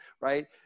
right